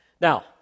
Now